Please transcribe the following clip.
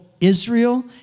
Israel